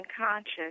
unconscious